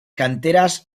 canteras